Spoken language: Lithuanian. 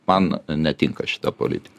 man netinka šita politika